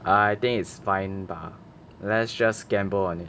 I think it's fine bah let's just gamble on it